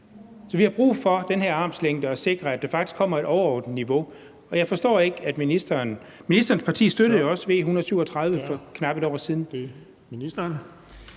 Vi har brug for den her armslængde for at sikre, at der faktisk kommer et overordnet niveau. Jeg forstår ikke ministeren. Ministerens parti støttede jo også V 137 for knap et år siden.